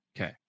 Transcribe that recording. Okay